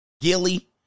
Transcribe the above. Gilly